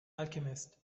alchemist